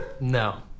No